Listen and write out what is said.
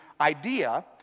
idea